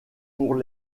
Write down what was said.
pour